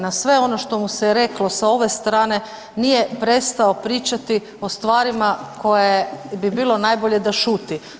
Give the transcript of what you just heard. Na sve ono što mu se rekli s ove strane nije prestao pričati o stvarima koje bi bilo najbolje da šuti.